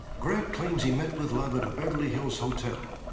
grant claims he met with love at a beverly hills hotel.